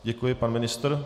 Děkuji Pan ministr?